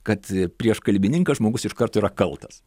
kad prieš kalbininką žmogus iš karto yra kaltas